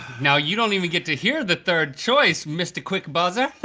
now you don't even get to hear the third choice, mr. quick buzzer.